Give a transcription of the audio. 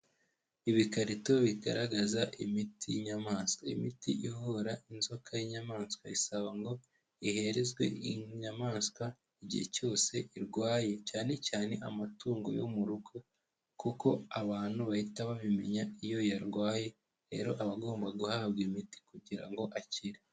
Ibikarito bigaragaza imiti y'inyamaswa, imiti ivura inzoka y'inyamaswa isaba ngo iherezwe inyamaswa igihe cyose irwaye, cyane cyane amatungo yo mu rugo, kuko abantu bahita babimenya iyo yarwaye rero aba agomba guhabwa imiti kugira ngo akire.